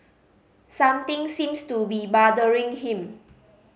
something seems to be bothering him